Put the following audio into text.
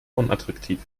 unattraktiv